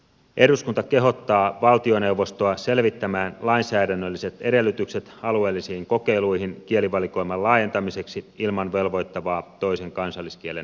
eduskunta edellyttää että hallitus selvittää lainsäädännölliset edellytykset alueellisiin kokeiluihin kielivalikoiman laajentamiseksi ilman velvoittavaa toisen kansalliskielen opiskelua